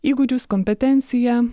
įgūdžius kompetenciją